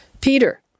Peter